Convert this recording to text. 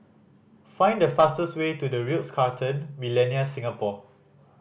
find the fastest way to The Ritz Carlton Millenia Singapore